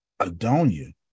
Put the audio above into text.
Adonia